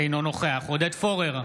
אינו נוכח עודד פורר,